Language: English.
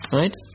right